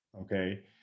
Okay